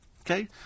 okay